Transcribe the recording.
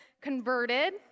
converted